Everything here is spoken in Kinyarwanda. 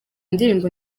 ndirimbo